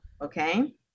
okay